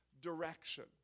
direction